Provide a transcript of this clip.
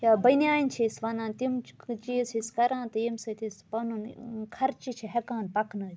یا بٔنیانۍ چھِ أسۍ وۄنان تِم چیٖز چھِ أسۍ کَران تہٕ ییٚمہِ سۭتۍ أسۍ پَنُن خرچہٕ چھِ ہیٚکان پَکنٲوِتھ